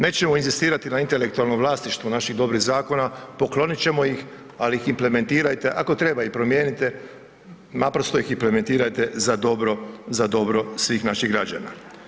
Nećemo inzistirati na intelektualnom vlasništvu naših dobrih zakona, poklonit ćemo ih ali ih implementirajte ako treba i promijenite, naprosto ih implementirajte za dobro svih naših građana.